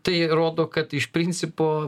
tai ir rodo kad iš principo